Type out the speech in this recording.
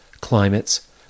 climates